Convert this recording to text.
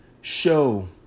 show